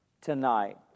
tonight